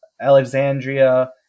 Alexandria